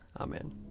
Amen